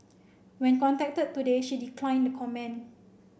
when contacted today she declined comment